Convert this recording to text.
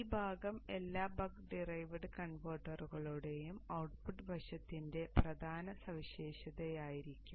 ഈ ഭാഗം എല്ലാ ബക്ക് ഡിറൈവ്ഡ് കൺവെർട്ടറുകളുടെയും ഔട്ട്പുട്ട് വശത്തിന്റെ പ്രധാന സവിശേഷതയായിരിക്കും